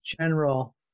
general